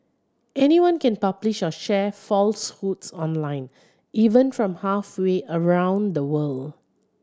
anyone can publish or share falsehoods online even from halfway around the world